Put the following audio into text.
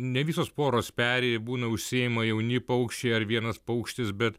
ne visos poros peri būna užsiima jauni paukščiai ar vienas paukštis bet